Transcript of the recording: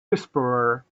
whisperer